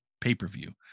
pay-per-view